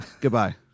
goodbye